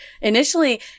initially